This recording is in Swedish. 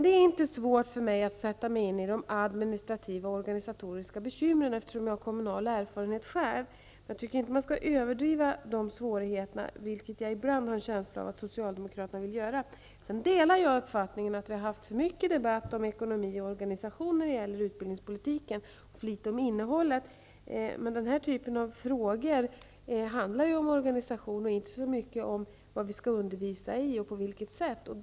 Det är inte svårt för mig att sätta mig in i de administrativa och organisatoriska problemen, eftersom jag har kommunal erfarenhet själv. Men jag tycker inte man skall överdriva svårigheterna, vilket jag ibland har en känsla av att socialdemokraterna vill göra. Jag delar uppfattningen att vi har haft för många debatter om ekonomi och organisation i utbildningspolitiken och för få debatter om innehållet. Men den här typen av frågor handlar ju om organisation och inte så mycket om vad vi skall undervisa i och på vilket sätt.